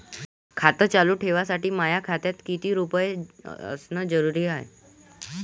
खातं चालू ठेवासाठी माया खात्यात कितीक रुपये असनं जरुरीच हाय?